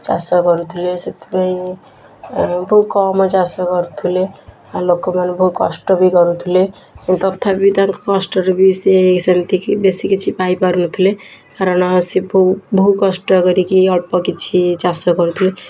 ଚାଷ କରୁଥିଲେ ସେଥିପାଇଁ ବହୁ କମ ଚାଷ କରୁଥିଲେ ଆଉ ଲୋକମାନେ ବହୁ କଷ୍ଟ ବି କରୁଥିଲେ କିନ୍ତୁ ତଥାପି ତାଙ୍କ କଷ୍ଟରେ ବି ସେ ସେମିତି କି ବେଶୀ କିଛି ପାଇପାରୁନଥିଲେ କାରଣ ସେ ବହୁ ବହୁ କଷ୍ଟ କରିକି ଅଳ୍ପ କିଛି ଚାଷ କରୁଥିଲେ